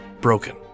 broken